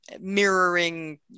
mirroring